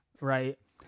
right